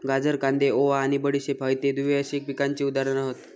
गाजर, कांदे, ओवा आणि बडीशेप हयते द्विवार्षिक पिकांची उदाहरणा हत